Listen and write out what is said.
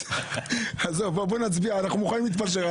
בואו נצביע, אנחנו מוכנים להתפשר.